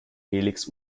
helix